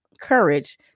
courage